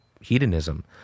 hedonism